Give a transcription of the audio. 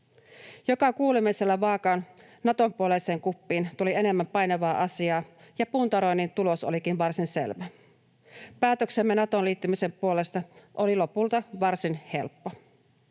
Joka kuulemisella vaa’an Naton puoleiseen kuppiin tuli enemmän painavaa asiaa, ja puntaroinnin tulos olikin varsin selvä. Päätöksemme Natoon liittymisen puolesta oli lopulta varsin helppo.